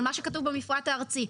על מה שכתוב במפרט הארצי.